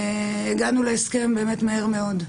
הגענו להסכם מהר מאוד.